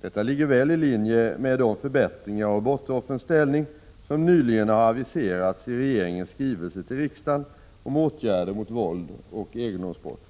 Detta ligger väl i linje med de förbättringar av brottsoffrens ställning som nyligen har aviserats i regeringens skrivelse till riksdagen om åtgärder mot våldsoch egendomsbrott.